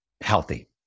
healthy